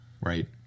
Right